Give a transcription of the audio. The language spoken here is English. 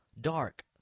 dark